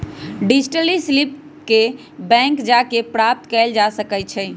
deposit slip के bank जा कऽ प्राप्त कएल जा सकइ छइ